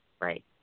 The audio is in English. Right